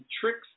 tricks